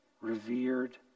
revered